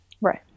Right